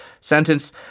sentence